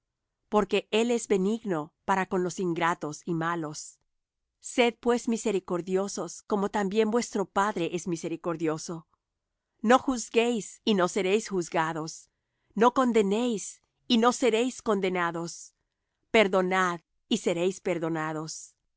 porque él es benigno para con los ingratos y malos sed pues misericordiosos como también vuestro padre es misericordioso no juzguéis y no seréis juzgados no condenéis y no seréis condenados perdonad y seréis perdonados